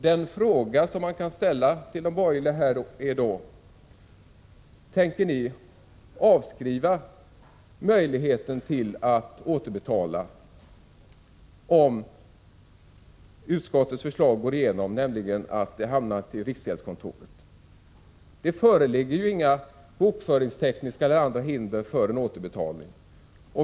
Den fråga man kan ställa till de borgerliga är då: Tänker ni avskriva möjligheten att återbetala pengarna om utskottets förslag går igenom, nämligen att pengarna hamnar i riksgäldskontoret? Det föreligger ju inga bokföringstekniska eller andra hinder för en återbetalning.